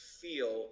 feel